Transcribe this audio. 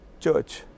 Church